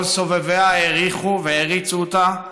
כל סובביה העריכו והעריצו אותה,